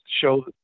show